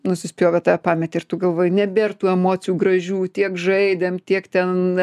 nusispjovė tave pametė ir tu galvoji nebėr tų emocijų gražių tiek žaidėm tiek ten